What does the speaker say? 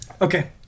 Okay